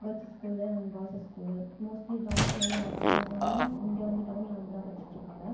girls school and boys school mostly கிராமத்தில் இருந்து வர பசங்க எல்லாருமே இங்கே வந்து டவுனில் வந்து தான் படிச்சுகிட்டு இருக்காங்கள்